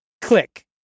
click